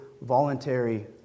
voluntary